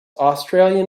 australian